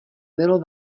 bylo